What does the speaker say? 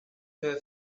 her